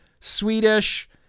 Swedish